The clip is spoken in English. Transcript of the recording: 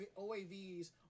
OAVs